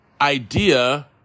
idea